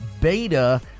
beta